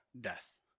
death